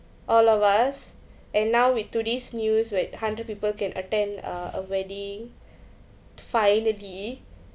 all of us and now with today's news with hundred people can attend uh a wedding finally